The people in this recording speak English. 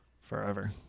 forever